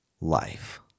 life